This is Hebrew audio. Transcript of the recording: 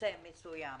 נושא מסוים,